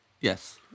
Yes